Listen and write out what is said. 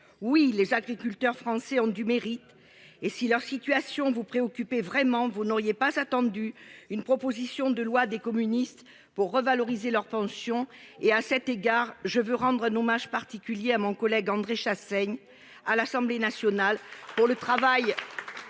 Oui, les agriculteurs français ont du mérite et si leur situation vous préoccuper vraiment vous n'auriez pas attendu une proposition de loi des communistes pour revaloriser leurs pensions et à cet égard je veux rendre un hommage particulier à mon collègue André Chassaigne à l'Assemblée nationale pour le travail.